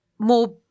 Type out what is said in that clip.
More